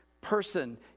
person